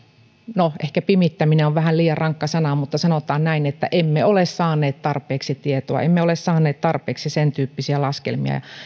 no ehkä pimittäminen on vähän liian rankka sana mutta sanotaan näin että emme ole saaneet tarpeeksi tietoa emme ole saaneet tarpeeksi sentyyppisiä laskelmia